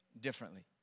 differently